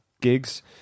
gigs